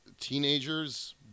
teenagers